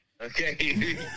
Okay